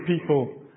people